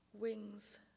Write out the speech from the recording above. wings